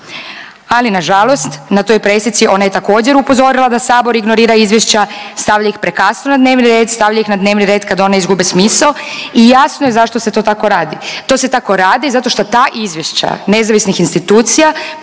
ali nažalost na toj pressici ona je također upozorila da sabor ignorira izvješća, stavlja ih prekasno na dnevni red, stavlja ih na dnevni red kad ona izgube smisao i jasno je zašto se to tako radi. To se tako radi zato što ta izvješća nezavisnih institucija